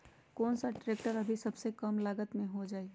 कौन सा ट्रैक्टर अभी सबसे कम लागत में हो जाइ?